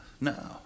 No